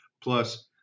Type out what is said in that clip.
plus